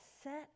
set